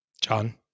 John